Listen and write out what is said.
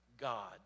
God